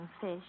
fish